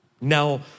Now